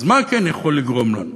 אז מה כן יכול לגרום לנו?